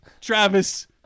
Travis